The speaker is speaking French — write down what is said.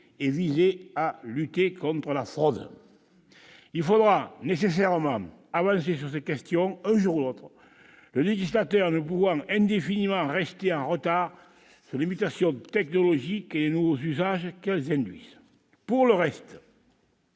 et visaient à lutter contre la fraude. Il faudra nécessairement avancer sur ces questions un jour ou l'autre, le législateur ne pouvant indéfiniment rester en retard sur les mutations technologiques et les nouveaux usages qu'elles engendrent. Pour le reste,